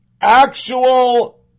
actual